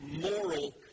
moral